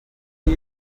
new